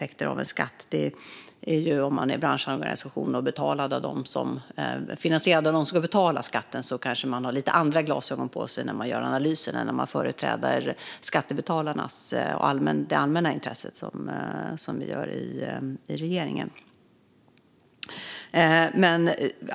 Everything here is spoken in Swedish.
En branschorganisation som finansieras av dem som ska betala skatten kanske har lite andra glasögon på sig när de gör analysen än när man, som regeringen gör, företräder skattebetalarnas intresse och det allmänna intresset.